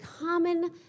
common